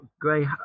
Gray